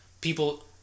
People